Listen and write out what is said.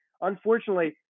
Unfortunately